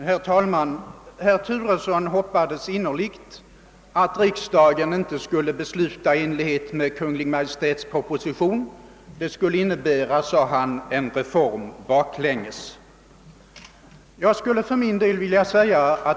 Herr talman! Herr Turesson hoppades innerligt att riksdagen inte skulle besluta i enlighet med Kungl. Maj:ts proposition. Det skulle innebära, sade han, en reform i bakvänd riktning.